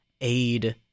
aid